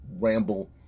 ramble